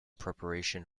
preparation